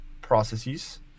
processes